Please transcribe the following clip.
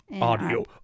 audio